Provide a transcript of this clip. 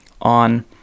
on